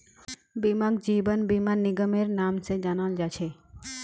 बीमाक जीवन बीमा निगमेर नाम से जाना जा छे